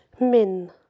Min